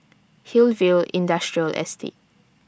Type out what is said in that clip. Hillview Industrial Estate